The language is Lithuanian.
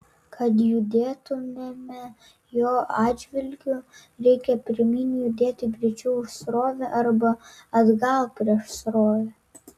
kad judėtumėme jo atžvilgiu reikia pirmyn judėti greičiau už srovę arba atgal prieš srovę